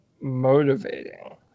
motivating